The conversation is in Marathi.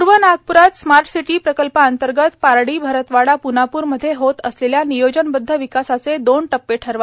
पूर्व नागप्रात स्मार्ट सिटी प्रकल्पांतर्गत पारडी भरतवाडा पूनापूर मध्ये होत असलेल्या नियोजनबद्व विकासाचे दोन टप्पे ठरवा